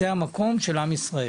זה המקום של עם ישראל.